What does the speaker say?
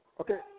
Okay